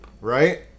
right